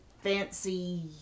fancy